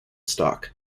stalk